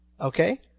Okay